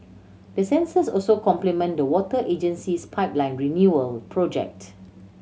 the sensors also complement the water agency's pipeline renewal project